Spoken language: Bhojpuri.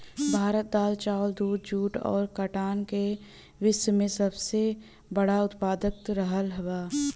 भारत दाल चावल दूध जूट और काटन का विश्व में सबसे बड़ा उतपादक रहल बा